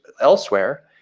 elsewhere